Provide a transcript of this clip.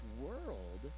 world